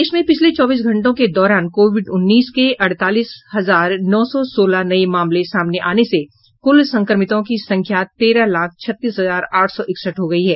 देश में पिछले चौबीस घंटों के दौरान कोविड उन्नीस के अड़तालीस हजार नौ सौ सोलह नये मामले सामने आने से कुल संक्रमितों की संख्या तेरह लाख छत्तीस हजार आठ सौ इकसठ हो गयी है